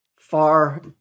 far